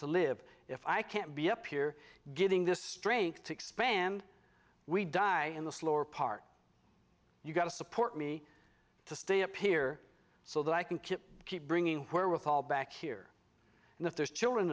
to live if i can't be up here getting this strength to expand we die in the slower part you've got to support me to stay up here so that i can keep bringing where with all back here and if there's children